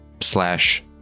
slash